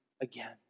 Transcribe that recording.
again